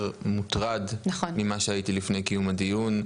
שאני יותר מוטרד ממה שהייתי לפני קיום הדיון.